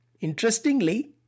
Interestingly